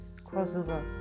crossover